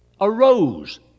arose